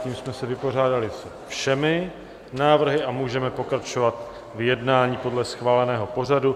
Tím jsme se vypořádali se všemi návrhy a můžeme pokračovat v jednání podle schváleného pořadu.